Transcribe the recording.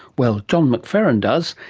well, john mcferran does.